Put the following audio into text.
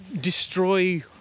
destroy